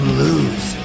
lose